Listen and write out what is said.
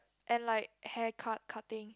and like hair cut cutting